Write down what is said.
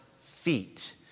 feet